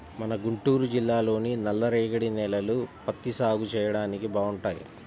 మన గుంటూరు జిల్లాలోని నల్లరేగడి నేలలు పత్తి సాగు చెయ్యడానికి బాగుంటాయి